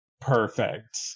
perfect